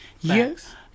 Yes